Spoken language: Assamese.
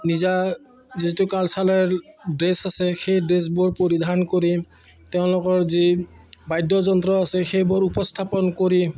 নিজা যিটো কালচাৰেল ড্ৰেছ আছে সেই ড্ৰেছবোৰ পৰিধান কৰি তেওঁলোকৰ যি বাদ্যযন্ত্ৰ আছে সেইবোৰ উপস্থাপন কৰি